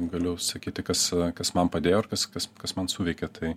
galiu sakyti kas kas man padėjo ir kas kas kas man suveikė tai